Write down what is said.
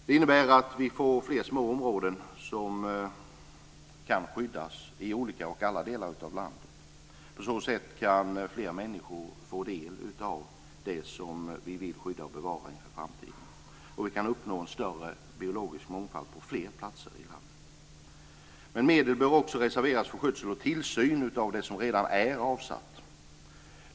Det innebär att vi får fler små områden som kan skyddas i alla delar av landet. På så sätt kan fler människor få del av det som vi vill skydda och bevara inför framtiden, och vi kan uppnå en större biologisk mångfald på fler platser i landet. Medel bör också reserveras för skötsel och tillsyn av det som redan är avsatt.